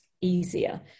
easier